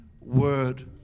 Word